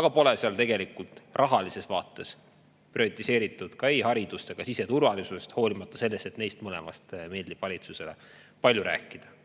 aga pole seal tegelikult rahalises vaates prioriseeritud ei haridust ega siseturvalisust, hoolimata sellest, et neist mõlemast meeldib valitsusele palju rääkida. Praegu